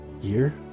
year